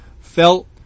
felt